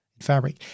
Fabric